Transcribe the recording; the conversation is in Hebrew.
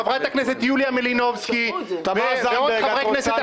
חברת הכנסת יוליה מלינובסקי ועוד חברי כנסת